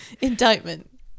Indictment